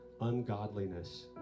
ungodliness